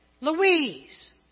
Louise